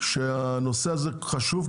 שהנושא הזה חשוב,